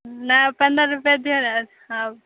नहि पंद्रह रूपये जे